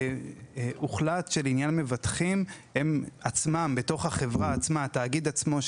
הוחלט שלעניין מבטחים התאגיד עצמו,